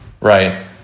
right